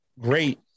great